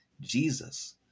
Jesus